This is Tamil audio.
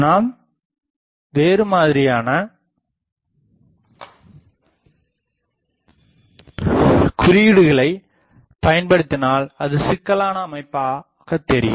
நாம் வேறுமாதிரியான குறியீடுகளைப் பயன்படுத்தினால் அது சிக்கலான அமைப்பாகத் தெரியும்